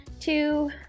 two